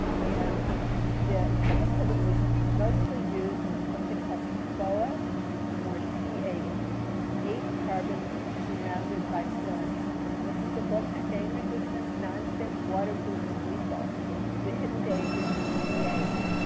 and the chemical that was mostly used was something called pfoa or c eight eight carbons surrounded by fluorines. and this is a book stain resistant, nonstick, waterproof, and lethal the hidden dangers of c eight.